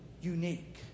unique